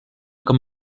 com